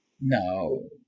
No